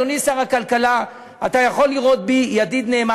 אדוני שר הכלכלה: אתה יכול לראות בי ידיד נאמן,